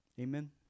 Amen